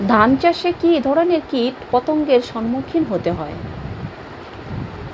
ধান চাষে কী ধরনের কীট পতঙ্গের সম্মুখীন হতে হয়?